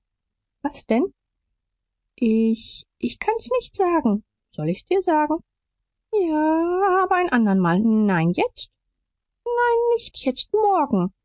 was denn ich ich kann's nicht sagen soll ich's dir sagen j ja aber ein andermal nein jetzt nein nicht jetzt morgen